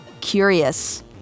curious